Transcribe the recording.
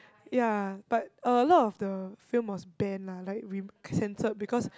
ya but a lot of the film was banned lah like remo~ censored because